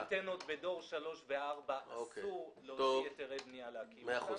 כי אנטנות בדור 3 ו-4 אסור להוציא היתרי בנייה כדי להקים אותן.